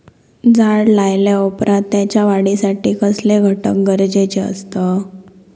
झाड लायल्या ओप्रात त्याच्या वाढीसाठी कसले घटक गरजेचे असत?